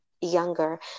younger